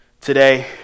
today